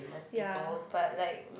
ya